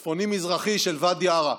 הצפוני-מזרחי של ואדי עארה,